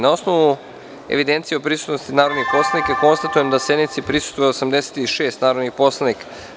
Na osnovu službene evidencije o prisutnosti narodnih poslanika, konstatujem da sednici prisustvuje 84 narodnih poslanika.